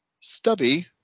Stubby